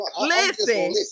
listen